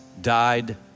died